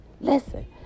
Listen